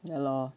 ya lor